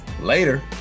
Later